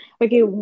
okay